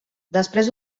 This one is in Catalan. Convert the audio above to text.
després